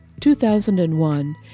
2001